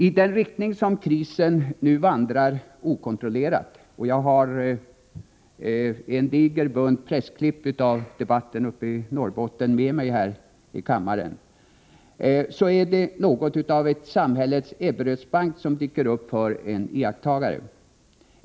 I den riktning som krisen nu okontrollerat vandrar — jag har en diger bunt pressklipp från debatten uppe i Norrbotten med mig här i kammaren —är det något av en samhällets Ebberöds bank som dyker upp för en iakttagare.